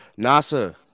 nasa